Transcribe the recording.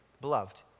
beloved